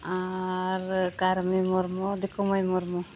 ᱟᱻᱨ ᱠᱟᱨᱢᱤ ᱢᱩᱨᱢᱩ ᱫᱤᱠᱩᱢᱟᱹᱭ ᱢᱩᱨᱢᱩ